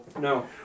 No